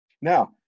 Now